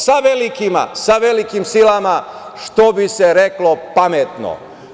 Sa velikima, sa velikim silama, što bi se reklo, pametno.